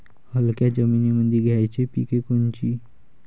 हलक्या जमीनीमंदी घ्यायची पिके कोनची?